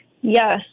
Yes